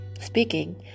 speaking